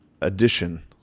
addition